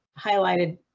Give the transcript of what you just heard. highlighted